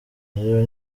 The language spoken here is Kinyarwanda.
rero